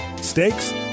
Steaks